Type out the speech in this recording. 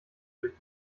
durch